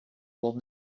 will